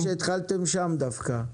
מצוין שהתחלתם שם דווקא.